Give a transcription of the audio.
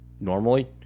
normally